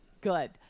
good